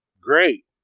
great